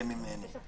אדוני היושב-ראש.